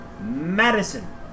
Madison